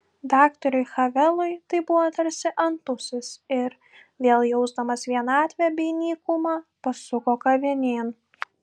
daktarui havelui tai buvo tarsi antausis ir vėl jausdamas vienatvę bei nykumą pasuko kavinėn